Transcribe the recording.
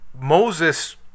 Moses